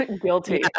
Guilty